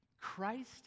Christ